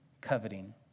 coveting